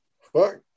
Fuck